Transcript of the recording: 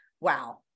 wow